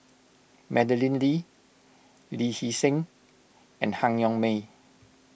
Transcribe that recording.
Madeleine Lee Lee Hee Seng and Han Yong May